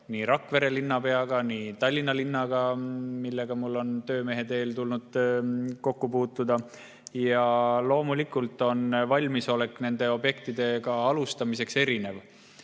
nii Rakvere linnapeaga kui ka Tallinna linnaga, kellega mul on töömeheteel tulnud kokku puutuda, ja loomulikult on valmisolek nende objektidega alustada erinev.